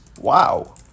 Wow